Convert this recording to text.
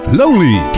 lonely